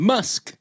Musk